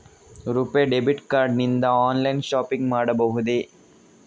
RuPay debit card ನಿಂದ online shopping ಮಾಡಬಹುದೇ?